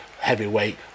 Heavyweight